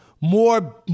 more